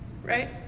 Right